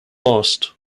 lost